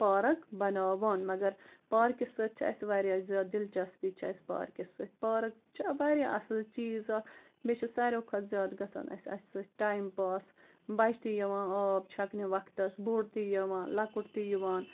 park بَناوان مگر پارکہِ سۭتۍ چھِ اَسہِ واریاہ زیادٕ دلچسپی چھِ اَسہِ پارکہِ سۭتۍ پارک چھِ واریاہ اَصٕل چیٖز اَکھ بیٚیہِ چھِ ساروٕے کھۄتہٕ زیادٕ گَژھان اَسہِ اَسہِ سۭتۍ ٹایم پاس بچہٕ تہِ یِوان آب چھَکنہِ وقتس بوٚڈ تہِ یِوان لۄکُٹ تہِ یِوان